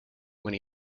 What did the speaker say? when